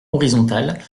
horizontale